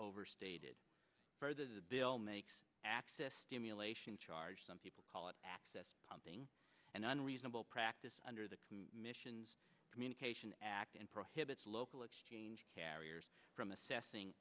overstated further the bill makes access stimulation charge some people call it access something an unreasonable practice under the mission's communication act and prohibits local exchange carriers from assessing